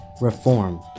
reform